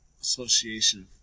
Association